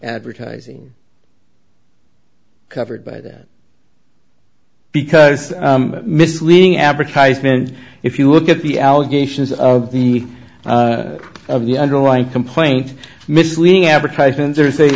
advertising covered by that because misleading advertisement if you look at the allegations of the of the underlying complaint misleading advertisements or say